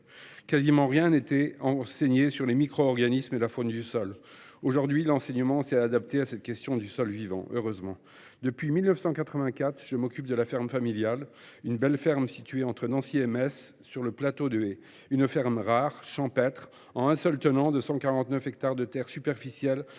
presque rien n’était enseigné sur les micro organismes et la faune du sol. Aujourd’hui, l’enseignement s’est adapté à la question du sol vivant – heureusement. Depuis 1984, je m’occupe de la ferme familiale, une belle ferme située entre Nancy et Metz, sur le plateau de Haye ; une ferme rare, champêtre, en un seul tenant, de 149 hectares de terre superficielle,